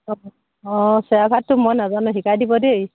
অঁ অঁ চেৱা ভাতটো মই নাজানো শিকাই দিব দেই